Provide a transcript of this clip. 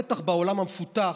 בטח בעולם המפותח,